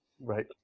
right